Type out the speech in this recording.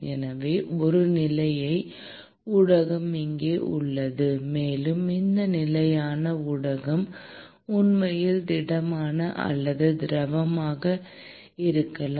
எனவே ஒரு நிலையான ஊடகம் இங்கே உள்ளது மேலும் இந்த நிலையான ஊடகம் உண்மையில் திடமான அல்லது திரவமாக இருக்கலாம்